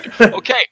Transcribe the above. okay